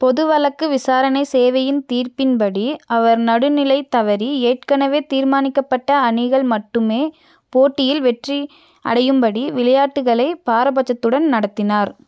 பொது வழக்கு விசாரணை சேவையின் தீர்ப்பின்படி அவர் நடுநிலைத் தவறி ஏற்கனவே தீர்மானிக்கப்பட்ட அணிகள் மட்டுமே போட்டியில் வெற்றி அடையும்படி விளையாட்டுகளை பாரபட்சத்துடன் நடத்தினார்